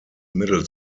middle